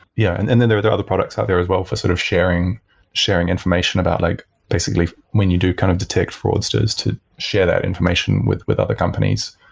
yeah and and then there are other products out there as well for sort of sharing sharing information about like basically when you do kind of detect fraudsters to share that information with with other companies.